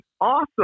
awesome